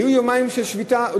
היו יומיים של שביתה,